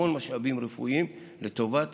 המון משאבים רפואיים לטובת